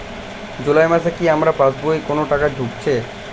জুলাই মাসে কি আমার পাসবইতে কোনো টাকা ঢুকেছে?